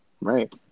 Right